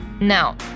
Now